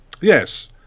Yes